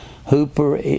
Hooper